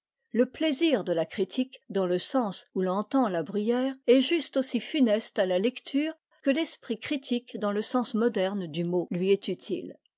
le plaisir de la critique dans le sens où l'entend la bruyère est juste aussi funeste à la lecture que l'esprit critique dans le sens moderne du mot lui est utile